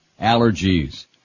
Allergies